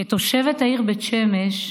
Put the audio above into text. כתושבת העיר בית שמש,